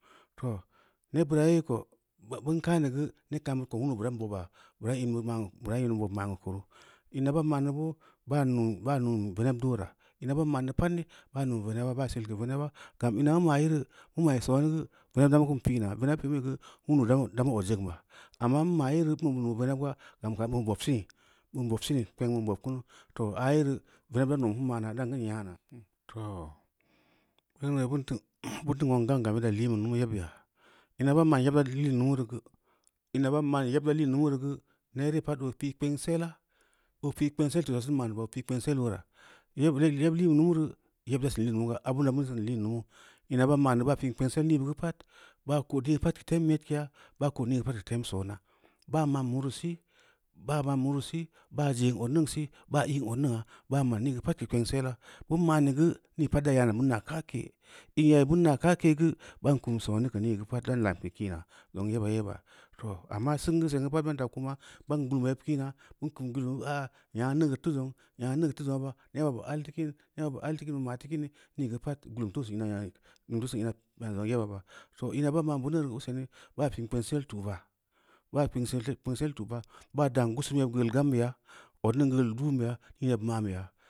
Too, nebbira ye, ko bin kan neu geu neb kambu ko wundu buran bobaa bura in bid ma’n bobm ma’keu kunu, ina ban ma’n neu boo, baa mun veneb du meara ma ban ma’n neu pad nī baa mun veneba baa seel geu veneba gam ina mu mo’ yere mu mapi sooni geu veneb damu kin pi’na, veneb pi’muyi geu, wundu da mu od zong ba, amma n mayere n bin nuu veneb ga, gam kam bin bob sini? Bim bob sini, kpeng bin bob kuu, too are veneb dan nan kin ma’na dam kin nya’na. Too. Beunu bin teu nuong gam game da lii beu nunu yebbu beya, in ban ma’n yeba tiin beu numu reu geu, in ban ma’n yeb da liin lumu reu geu neere pad oo pi’ kpensela, oo pi’ kpengsel tusa dan man neu ba, oo pi’ kpensel bu uleura, yeb liin beu numu reu, yeb da sin liin nume ga, abina bineu sin liin numu, ina ban ma’n neu ban pi’n kpensel nii bu geu pad, baa ko’ nii pad tem nyedkeya, baa ko nii pad deu fem soona, ban ma’n mareusi baa ma’n mareu si, baa zen odning si, baa ī’n odningna, baa ma’ nii geu pad deu kpengsela, bin ma’n neu geu, nii pad da gaa na bin naa ka’kee, in yai bin naa ka’kee gu bolar kum sooni geu nii geu pad kan lamke kiina zong yeba yee ba, too amma singu seng geu pad taa kuma ban gala yeb kiina, bin kum gul aa nyaa neugeud teu zong nya neugeud teu zongna ba, neba bu alteu kin, neba bu alteu kim, nii geu pad gulum daa sin aana, gul teu sin ina ma’n zong yeba ba, too in baa ma’n beuneu reu baa pi’n kpensel tu’ba baa pi’ kpengsel tu’ba, baa dan jusum yeb geul gam beya odning geul duun beya nii yeb ma’n beya.